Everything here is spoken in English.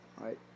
right